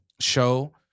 show